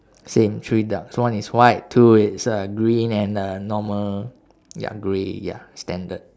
same three ducks one is white two is uh grey and a normal ya grey ya standard